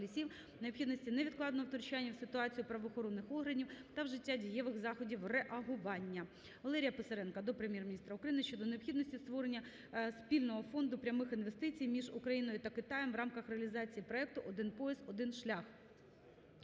Валерія Писаренка до Прем'єр-міністра України щодо необхідності створення спільного фонду прямих інвестицій між Україною та Китаєм в рамках реалізації проекту "Один пояс, один шлях".